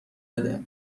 بده